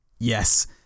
Yes